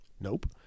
Nope